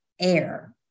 air